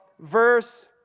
verse